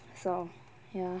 so ya